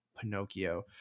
pinocchio